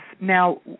now